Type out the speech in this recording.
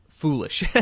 foolish